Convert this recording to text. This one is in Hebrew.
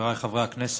חבריי חברי הכנסת,